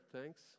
thanks